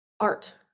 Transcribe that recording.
art